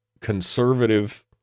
conservative